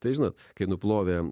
tai žinot kai nuplovėme